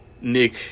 Nick